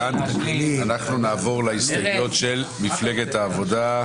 כאן נעברו להסתייגויות של מפלגת העבודה.